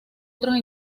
otros